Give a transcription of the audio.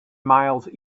miles